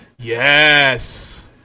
Yes